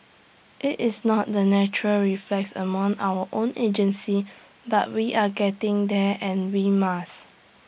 IT is not the natural reflex among our own agencies but we are getting there and we must